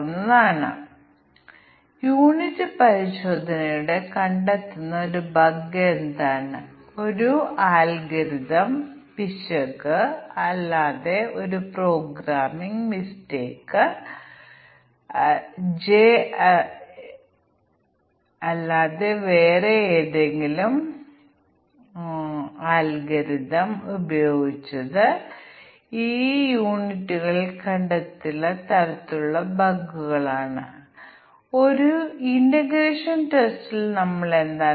അതിനാൽ എത്ര ജോടി തിരിച്ചുള്ള ടെസ്റ്റ് കേസുകൾ ആവശ്യമാണെന്ന് കണ്ടെത്തുന്നത് വളരെ ബുദ്ധിമുട്ടുള്ള ഒരു പ്രശ്നമാണ് കാരണം വ്യത്യസ്ത ഉപകരണങ്ങൾക്ക് അവ പ്രവർത്തിപ്പിക്കുന്ന അൽഗോരിതം അനുസരിച്ച് വ്യത്യസ്ത ടെസ്റ്റ് കേസുകൾ സൃഷ്ടിക്കാൻ കഴിയും എന്ന് ഞാൻ പറഞ്ഞു പക്ഷേ നമുക്ക് മലകയറ്റ കോമ്പിനേറ്ററിയൽ അൽഗോരിതങ്ങൾ ഉണ്ടായിരിക്കാം ജനിതക അൽഗോരിതം പോലുള്ള ഒപ്റ്റിമൈസേഷൻ അതിനാൽ നമുക്ക് ഒപ്റ്റിമൽ ടെസ്റ്റ് കേസുകൾക്ക് അടുത്തെത്താം